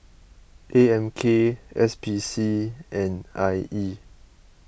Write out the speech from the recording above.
A M K S P C and I E